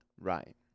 Right